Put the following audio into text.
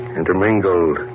intermingled